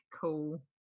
cool